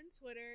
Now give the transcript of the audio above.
Twitter